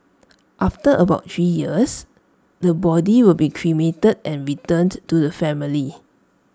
after about three years the body will be cremated and returned to the family